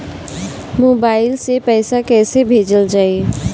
Mobile से पैसा कैसे भेजल जाइ?